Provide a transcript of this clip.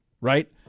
right